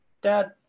dad